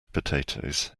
potatoes